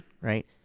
right